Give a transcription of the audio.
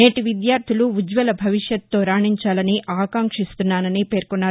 నేటి విద్యార్లులు ఉజ్వల భవిష్యత్తుతో రాణించాలని ఆకాంక్షిస్తున్నానని పేర్కొన్నారు